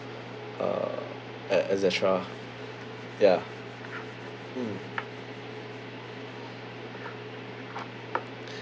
uh et et cetera ya mm